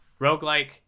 roguelike